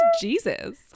Jesus